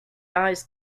eyes